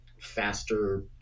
faster